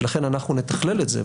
ולכן אנחנו נתכלל את זה,